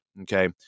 Okay